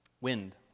Wind